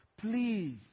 please